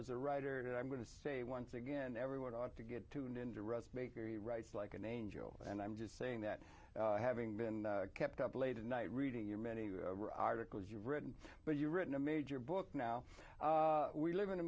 as a writer and i'm going to say once again everyone ought to get tuned into russ baker he writes like an angel and i'm just saying that having been kept up late at night reading your many articles you've written but you written a major book now we live in a